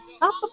Up